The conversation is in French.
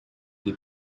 les